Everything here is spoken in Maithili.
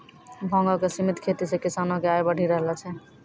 भांगो के सिमित खेती से किसानो के आय बढ़ी रहलो छै